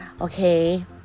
Okay